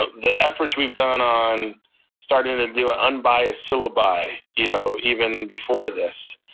the efforts we've done on starting to do an unbiased syllabi you know even before this,